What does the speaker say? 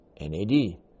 NAD